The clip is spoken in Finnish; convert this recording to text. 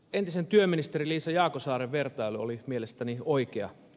entisen työministerin liisa jaakonsaaren vertailu oli mielestäni oikea